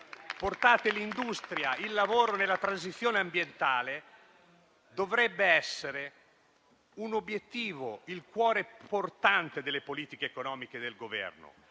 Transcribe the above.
Portare l'industria e il lavoro nella transizione ambientale dovrebbe essere un obiettivo, il cuore portante delle politiche economiche del Governo.